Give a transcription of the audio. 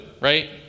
right